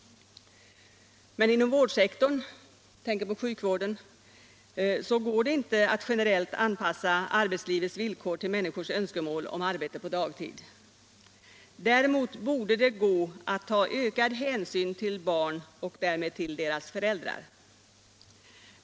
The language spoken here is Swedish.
Inom vårdsektorn går det inte att generellt anpassa arbetslivets villkor till människors önskemål om arbete på dagtid. Däremot borde det gå att ta ökad hänsyn till barn och därmed till deras föräldrar.